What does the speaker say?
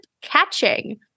catching